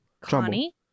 Connie